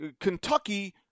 Kentucky